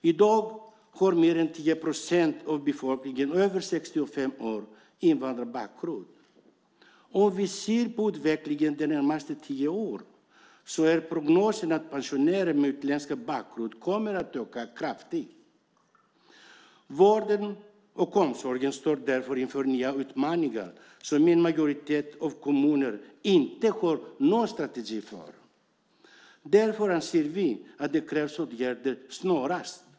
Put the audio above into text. I dag har mer än 10 procent av befolkningen över 65 år invandrarbakgrund. När det gäller utvecklingen de närmaste tio åren är prognosen att andelen pensionärer med utländsk bakgrund kommer att öka kraftigt. Vården och omsorgen står därför inför nya utmaningar som man i en majoritet av kommunerna inte har någon strategi för. Därför anser vi att det krävs åtgärder snarast.